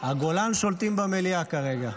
הגולן שולטים במליאה כרגע.